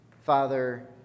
Father